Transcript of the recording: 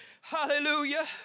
Hallelujah